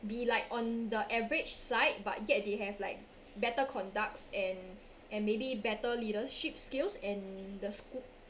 be like on the average side but yet they have like better conducts and and maybe better leadership skills and the school